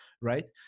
right